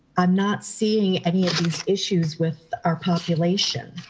i'm not seeing any of these issues with our population.